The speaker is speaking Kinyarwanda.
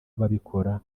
ababikora